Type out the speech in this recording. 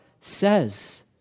says